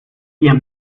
wir